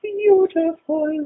beautiful